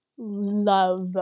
love